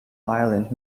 island